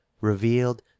revealed